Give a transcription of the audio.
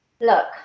Look